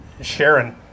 Sharon